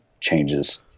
changes